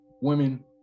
women